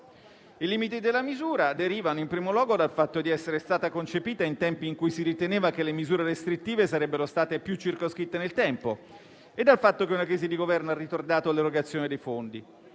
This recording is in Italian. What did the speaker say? I limiti della misura derivano in primo luogo dal fatto di essere stata concepita in tempi in cui si riteneva che le misure restrittive sarebbero state più circoscritte nel tempo e dal fatto che una crisi di Governo ha ritardato l'erogazione dei fondi.